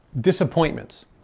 disappointments